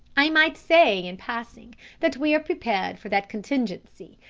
i might say in passing that we are prepared for that contingency,